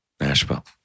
Nashville